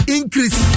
Increase